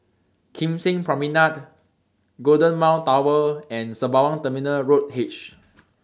Kim Seng Promenade Golden Mile Tower and Sembawang Terminal Road H